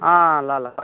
अँ ल ल ल